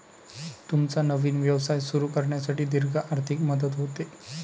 तुमचा नवीन व्यवसाय सुरू करण्यासाठी दीर्घ आर्थिक मदत होते